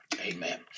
Amen